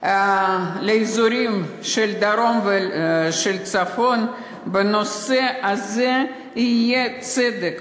לאזורים של הדרום ושל הצפון, בנושא הזה יהיה צדק.